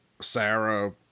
sarah